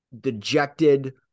dejected